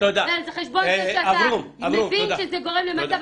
זה חשבון שאתה מבין שזה גורם למצב